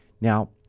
Now